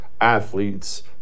athletes